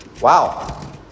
wow